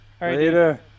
later